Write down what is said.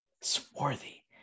swarthy